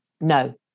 no